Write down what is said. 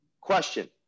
Question